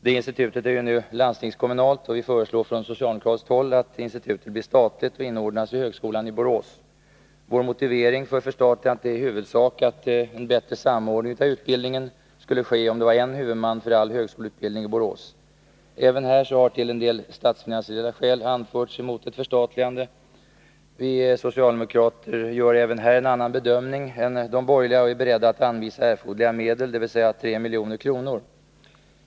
Det institutet är nu landstingskommunalt. Vi föreslår från socialdemokratiskt håll att institutet blir statligt och inordnas i högskolan i Borås. Vår motivering för förstatligande är i huvudsak att en bättre samordning av utbildningen skulle ske om det var en huvudman för all högskoleutbildning i Borås. Även här har till en del statsfinansiella skäl anförts mot ett förstatligande. Vi socialdemokrater gör även här en annan bedömning än de borgerliga och är beredda att anvisa erforderliga medel, dvs. 3 milj.kr.